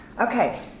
Okay